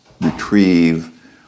retrieve